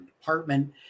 department